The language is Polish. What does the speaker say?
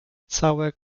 całe